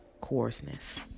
coarseness